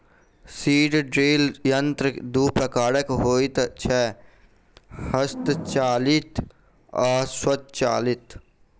seed drill यंत्र दू प्रकारक होइत छै, हस्तचालित आ स्वचालित